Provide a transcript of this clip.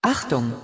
Achtung